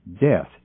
Death